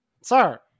Sir